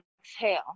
exhale